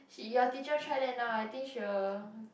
your teacher try that now I think she will